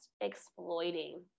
exploiting